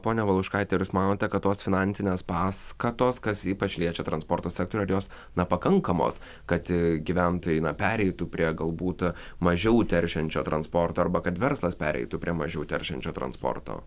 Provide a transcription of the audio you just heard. ponia valiuškaite ar jūs manote kad tos finansinės paskatos kas ypač liečia transporto sektorių ar jos na pakankamos kad gyventojai na pereitų prie galbūt mažiau teršiančio transporto arba kad verslas pereitų prie mažiau teršiančio transporto